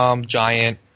giant